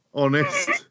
honest